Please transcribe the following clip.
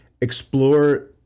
explore